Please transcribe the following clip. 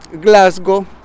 Glasgow